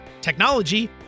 technology